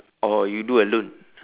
or you do alone